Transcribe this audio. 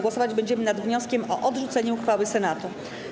Głosować będziemy nad wnioskiem o odrzucenie uchwały Senatu.